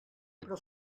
però